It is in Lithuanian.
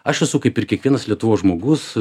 aš esu kaip ir kiekvienas lietuvos žmogus